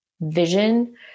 vision